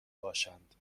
باشند